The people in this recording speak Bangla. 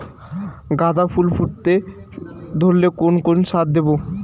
গাদা ফুল ফুটতে ধরলে কোন কোন সার দেব?